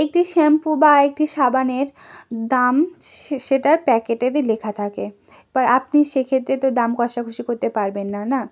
একটি শ্যাম্পু বা একটি সাবানের দাম সেটার প্যাকেটেতে লেখা থাকে এবার আপনি সেক্ষেত্রে তো দাম কষাকষি করতে পারবেন না না